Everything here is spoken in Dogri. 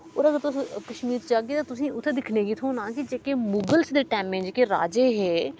ओह् अगर तुस कश्मीर च जाह्गे ते उत्थें दिक्खने गी थोह्ना की जेह्के मुगल्स दे टैमें दे जेह्के राजे हे